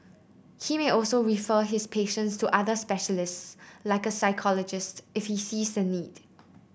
he may also refer his patients to other specialists like a psychologist if he sees the need